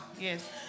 Yes